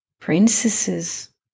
princesses